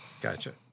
Gotcha